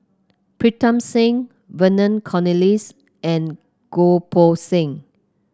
Pritam Singh Vernon Cornelius and Goh Poh Seng